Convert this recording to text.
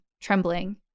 trembling